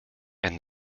and